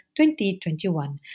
2021